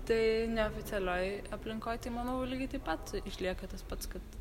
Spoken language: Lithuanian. tai neoficialioj aplinkoj tai manau lygiai taip pat išlieka tas pats kad